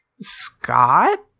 Scott